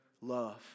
love